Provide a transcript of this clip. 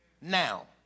now